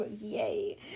Yay